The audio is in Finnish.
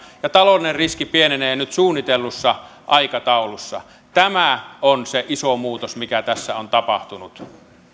ja taloudellinen riski pienenee nyt suunnitellussa aikataulussa tämä on se iso muutos mikä tässä on tapahtunut